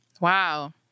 Wow